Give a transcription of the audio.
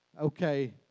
okay